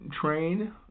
train